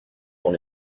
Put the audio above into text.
dans